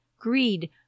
greed